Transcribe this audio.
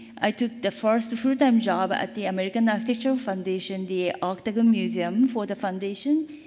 i took the first full time job at the american architectural foundation, the octagon museum for the foundation.